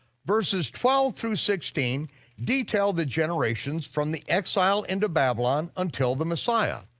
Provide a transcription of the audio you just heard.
verses twelve through sixteen detail the generations from the exile into babylon until the messiah.